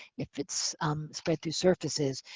if it's spread through surfaces.